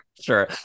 Sure